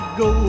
go